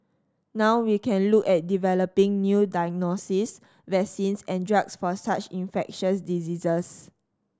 now we can look at developing new diagnostics vaccines and drugs for such infectious diseases